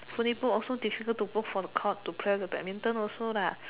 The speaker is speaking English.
fully booked also difficult to book for the court to play the badminton also lah